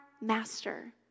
master